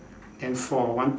then for one